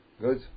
Good